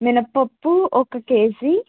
మినప్పప్పు ఒక కేజీ